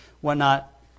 whatnot